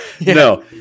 No